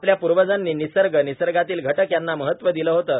आपल्या पूर्वज्यांनी निसर्ग निसर्गातील घटक यांना महत्व दिलं होतं